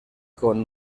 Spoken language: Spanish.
con